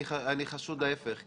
אני חשוד ההפך,